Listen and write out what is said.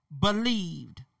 believed